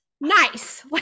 nice